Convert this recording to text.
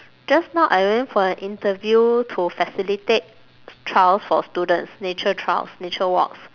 just now I went for an interview to facilitate trails for students nature trails nature walks